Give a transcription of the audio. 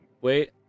wait